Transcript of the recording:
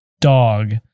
dog